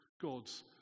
gods